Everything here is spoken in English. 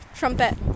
trumpet